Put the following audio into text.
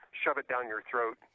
shove-it-down-your-throat